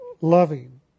loving